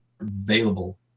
available